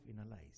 analyze